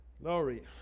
Laurie